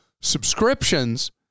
subscriptions